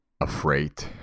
afraid